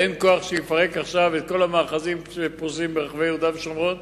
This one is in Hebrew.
ואין כוח שיפרק עכשיו את כל המאחזים שפרוסים ברחבי יהודה ושומרון,